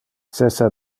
cessa